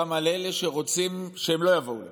גם על אלה שרוצים שהם לא יבואו לפה,